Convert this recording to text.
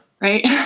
Right